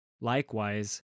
Likewise